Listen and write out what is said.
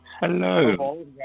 Hello